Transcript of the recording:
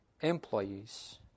employees